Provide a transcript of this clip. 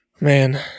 man